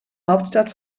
hauptstadt